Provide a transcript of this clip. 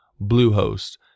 Bluehost